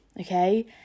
Okay